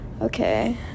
okay